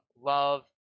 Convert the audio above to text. love